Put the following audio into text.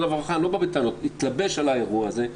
והרווחה ואני לא בא בטענות- מתלבש על האירוע הזה,